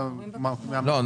לא.